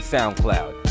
SoundCloud